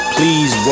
Please